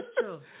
true